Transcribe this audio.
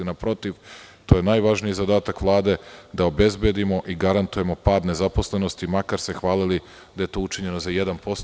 Naprotiv, to je najvažniji zadatak Vlade, da obezbedimo i garantujemo pad nezaposlenosti, makar se hvalili da je to učinjeno za 1%